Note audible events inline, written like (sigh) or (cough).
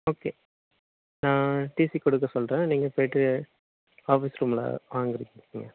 okay நான் TC கொடுக்க சொல்கிறேன் நீங்கள் போய்ட்டு ஆஃபீஸ் ரூமில் (unintelligible)